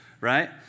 right